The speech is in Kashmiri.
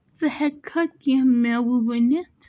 ژٕ ہیٚککھا کینٛہہ میٚوٕ ؤنِتھ؟